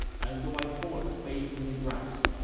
as the white horse fades in the grass,